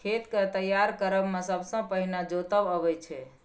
खेत केँ तैयार करब मे सबसँ पहिने जोतब अबै छै